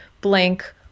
blank